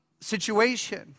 situation